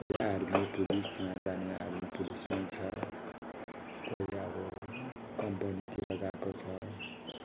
कोही आर्मी पुलिसमा जाने आर्मी पुलिसमै छ कोही अब कम्पनीतिर गएको छ